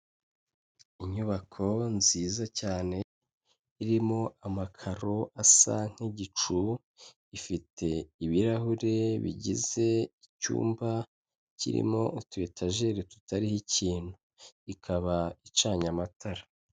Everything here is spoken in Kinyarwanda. Inyubako nziza cyane irimo amakaro asa nk'igicu, ifite ibirahure bigize icyumba kirimo utuyetajeri tutariho ikintu, ikaba icanye amatara.